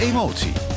Emotie